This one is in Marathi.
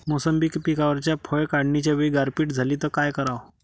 मोसंबी पिकावरच्या फळं काढनीच्या वेळी गारपीट झाली त काय कराव?